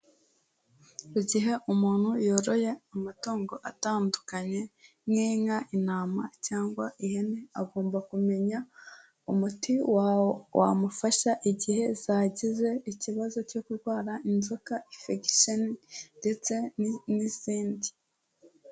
Igihe umuntu yoroye amatungo atandukanye, nk'inka, intama cyangwa ihene, agomba kumenya umuti wamufasha igihe zagize ikibazo cyo kurwara inzoka, effection ndetse n'izindi.